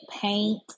paint